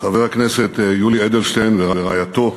חבר הכנסת יולי אדלשטיין ורעייתו,